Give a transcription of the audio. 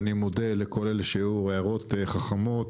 אני מודה לכל אלה שהעירו הערות חכמות.